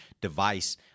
device